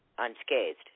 unscathed